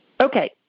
Okay